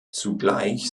zugleich